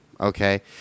okay